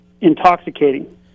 intoxicating